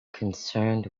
concerned